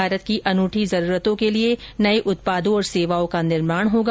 भारत की अनूठी जरूरतों के लिए नए उत्पादों और सेवाओं का निर्माण होगा